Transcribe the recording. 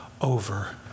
over